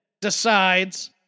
decides